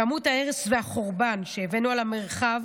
"כמות ההרס והחורבן שהבאנו על המרחב